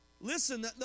Listen